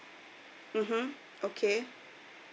mmhmm okay